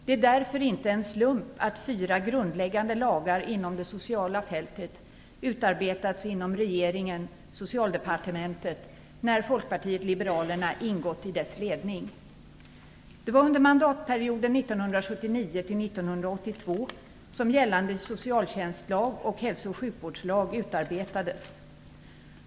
Det är därför inte en slump att fyra grundläggande lagar inom det sociala fältet utarbetats inom regeringen - Det var under mandatperioden 1979-1982 som gällande socialtjänstlag och hälso och sjukvårdslag utarbetades.